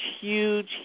huge